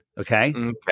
Okay